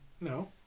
no